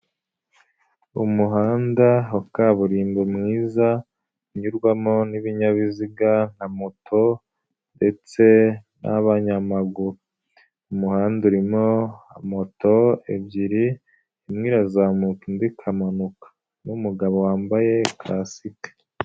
Umuhanda wa kaburimbo mwiza unyurwamo n'ibinyabiziga nka moto ndetse nabanyamaguru. Umuhanda urimo moto ebyiri imwe irazamuka, indi ikamanuka, n'umugabo wambaye kasike.